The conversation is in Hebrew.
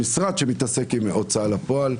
במשרד שמתעסק עם הוצאה לפועל,